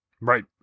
Right